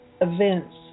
events